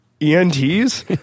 ENTs